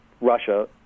Russia